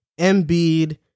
Embiid